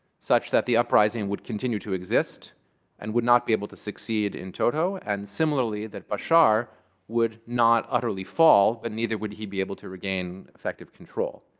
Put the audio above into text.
such that the uprising would continue to exist and would not be able to succeed in toto. and similarly, that bashar would not utterly fall. but neither would he be able to regain effective control.